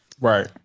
Right